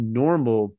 normal